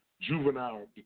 juvenile